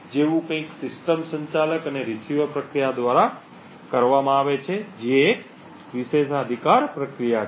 જેવું કંઈક સિસ્ટમ સંચાલક અને રીસીવર પ્રક્રિયા દ્વારા રન કરવામાં આવે છે જે એક વિશેષાધિકાર પ્રક્રિયા છે